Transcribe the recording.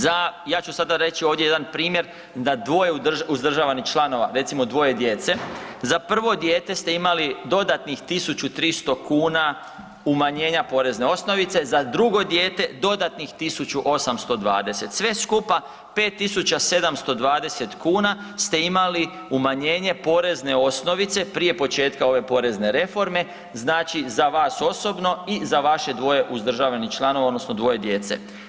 Za, ja ću sada reći ovdje jedan primjer, da dvoje uzdržavanih članova recimo dvoje djece za prvo dijete ste imali dodatnih 1.300 kuna umanjenja porezne osnovice, za drugo dijete dodatnih 1.820 sve skupa 5.720 kuna ste imali umanjenje porezne osnovice prije početka ove porezne reforme, znači za vas osobno i za vaše dvoje uzdržavanih članova odnosno dvoje djece.